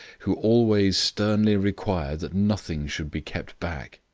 who always sternly require that nothing should be kept back.